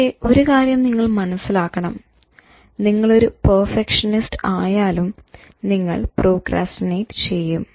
പക്ഷെ ഒരു കാര്യം നിങ്ങൾ മനസ്സിലാക്കണം നിങ്ങൾ ഒരു പെർഫെക്ഷനിസ്റ്റ് ആയാലും നിങ്ങൾ പ്രോക്രാസ്റ്റിനേറ്റ് ചെയ്യും